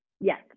Yes